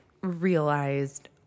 realized